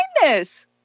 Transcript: kindness